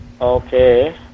Okay